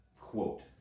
quote